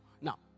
now